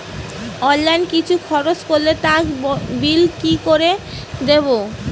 Online কিছু খরচ করলে তার বিল কি করে দেবো?